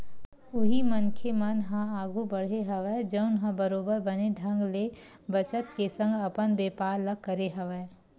उही मनखे मन ह आघु बड़हे हवय जउन ह बरोबर बने ढंग ले बचत के संग अपन बेपार ल करे हवय